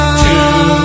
two